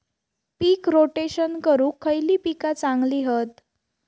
पीक rotation करूक खयली पीका चांगली हत?